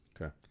Okay